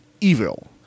evil